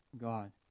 God